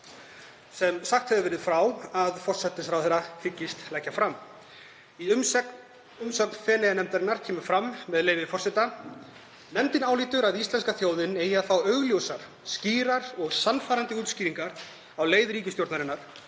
sem sagt hefur verið frá að forsætisráðherra hyggist leggja fram. Í umsögn Feneyjanefndarinnar kemur fram, með leyfi forseta: „Nefndin álítur að íslenska þjóðin eigi að fá augljósar, skýrar og sannfærandi útskýringar á leið ríkisstjórnarinnar